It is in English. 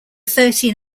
thirteen